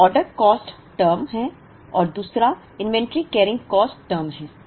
एक order cost term है और दूसरा इन्वेंट्री कैरिंग कॉस्ट टर्म है